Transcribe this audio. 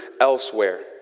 elsewhere